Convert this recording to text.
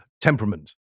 temperament